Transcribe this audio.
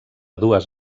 dues